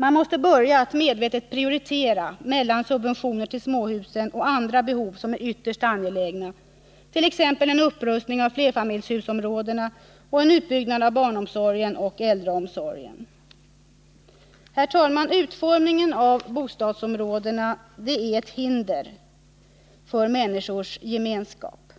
Man måste börja att medvetet prioritera mellan subventioner till småhusen och andra behov som är ytterst angelägna, t.ex. upprustning av flerfamiljshusområdena och utbyggnad av barnomsorgen och äldreomsorgen. Fru talman! Utformningen av bostadsområdena är ett hinder för människors gemenskap.